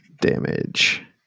damage